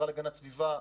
המשרד להגנת הסביבה,